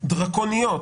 דרקוניות,